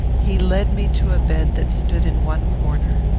he led me to a bed that stood in one corner.